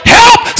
help